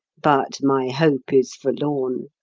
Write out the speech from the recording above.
but my hope is forlorn.